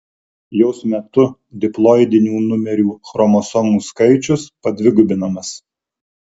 jos metu diploidinių numerių chromosomų skaičius padvigubinamas